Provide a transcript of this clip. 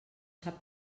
sap